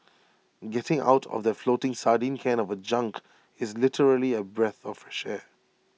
getting out of that floating sardine can of A junk is literally A breath of fresh air